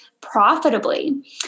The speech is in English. profitably